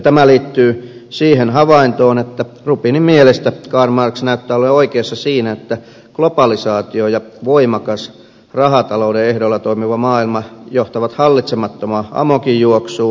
tämä liittyy siihen havaintoon että roubinin mielestä karl marx näyttää olevan oikeassa siinä että globalisaatio ja voimakkaasti rahatalouden ehdoilla toimiva maailma johtavat hallitsemattomaan amokinjuoksuun